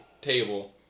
table